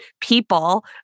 people